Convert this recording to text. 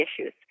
issues